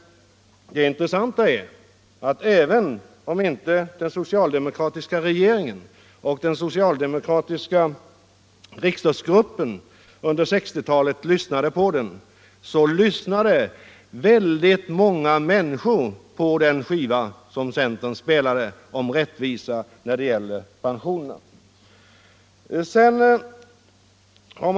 Det intressanta är att även om inte den socialdemokratiska regeringen och den socialdemokratiska riksdagsgruppen lyssnade på den skivan under 1960-talet, så lyssnade ändå många andra människor på den skiva om rättvisa när det gällde pensionerna som centern spelade.